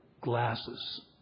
glasses